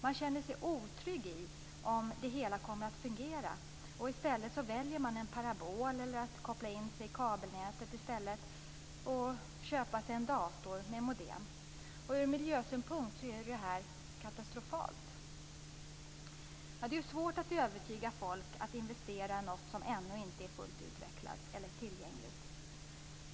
Man känner sig otrygg när det gäller hur det hela kommer att fungera. I stället väljer man en parabol eller att koppla in sig i kabelnätet och köpa sig en dator med modem. Från miljösynpunkt är detta katastrofalt. Det är svårt att övertyga folk att investera i något som ännu inte är fullt utvecklat eller inte är fullt tillgängligt.